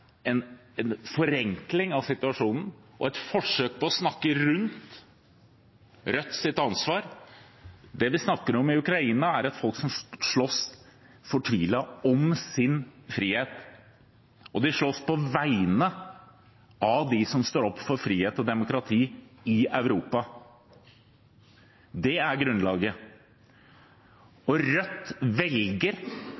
en forenkling av situasjonen og et forsøk på å snakke rundt Rødts ansvar. Det vi snakker om med hensyn til Ukraina, er et folk som slåss fortvilet om sin frihet, og de slåss på vegne av dem som står opp for frihet og demokrati i Europa. Det er grunnlaget.